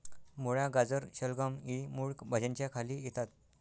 मुळा, गाजर, शलगम इ मूळ भाज्यांच्या खाली येतात